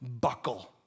buckle